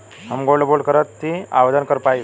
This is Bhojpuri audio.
हम गोल्ड बोड करती आवेदन कर पाईब?